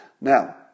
Now